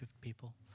people